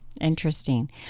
Interesting